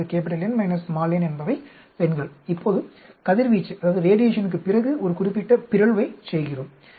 எனவே N n என்பவை பெண்கள் இப்போது கதிர்வீச்சுக்குப் பிறகு ஒரு குறிப்பிட்ட பிறழ்வைச் செய்கிறோம்